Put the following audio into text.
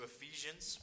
Ephesians